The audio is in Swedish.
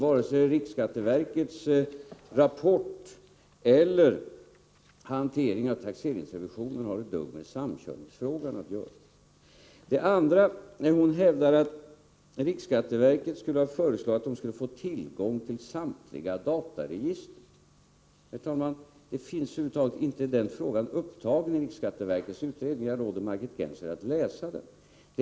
Varken riksskatteverkets rapport eller hanteringen av taxeringsrevisionen har ett dugg med samkörningsfrågan att göra. Det andra är när hon hävdar att riksskatteverket skulle ha föreslagit att man skulle få tillgång till samtliga dataregister. Den frågan finns över huvud taget inte upptagen i riksskatteverkets utredning. Jag råder Margit Gennser att läsa den.